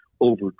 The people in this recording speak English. over